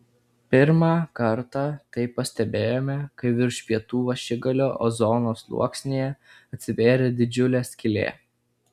pirmą kartą tai pastebėjome kai virš pietų ašigalio ozono sluoksnyje atsivėrė didžiulė skylė